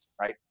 Right